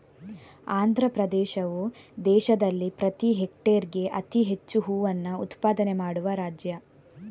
ಆಂಧ್ರಪ್ರದೇಶವು ದೇಶದಲ್ಲಿ ಪ್ರತಿ ಹೆಕ್ಟೇರ್ಗೆ ಅತಿ ಹೆಚ್ಚು ಹೂವನ್ನ ಉತ್ಪಾದನೆ ಮಾಡುವ ರಾಜ್ಯ